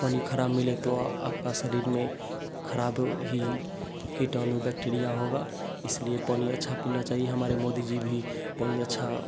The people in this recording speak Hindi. पानी ख़राब मिले तो आपका शरीर में ख़राब ही कीटाणु बैक्टीरिया होगा इसलिए पानी अच्छा पीना चाहिए हमारे मोदी जी भी पानी अच्छा